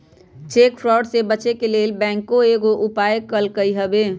cheque fraud से बचे के लेल बैंकों कयगो उपाय कलकइ हबे